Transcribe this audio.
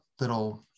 little